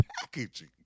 packaging